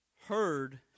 Heard